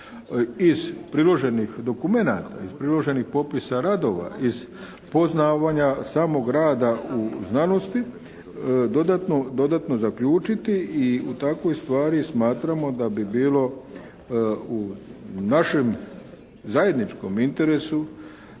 iz priloženih dokumenata, iz priloženih popisa radova. Iz poznavanja samog rada u znanosti dodatno zaključiti i u takvoj stvari smatramo da bi bilo u našem zajedničkom interesu